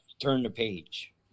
turn-the-page